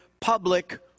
public